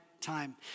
time